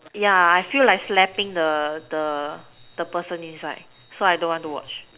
ya I feel like slapping the the person inside so I don't want to watch